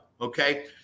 okay